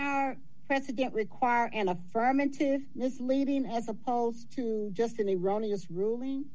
the president require an affirmative misleading as opposed to just in the running it's ruling